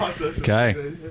Okay